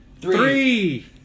Three